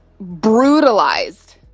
brutalized